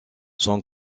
son